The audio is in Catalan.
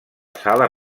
sala